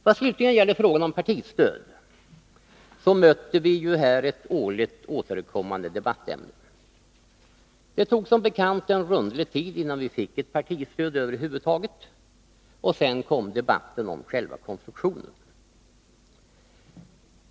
Vad slutligen gäller frågan om partistöd möter vi här ett årligt återkommande debattämne. Det tog som bekant rundlig tid, innan vi över huvud taget fick ett partistöd. Sedan kom debatten om konstruktionen.